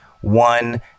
one